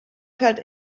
felt